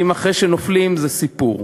כי אחרי שנופלים זה סיפור.